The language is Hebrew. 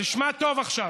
תשמע טוב עכשיו.